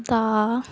ਦਾ